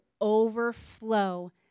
overflow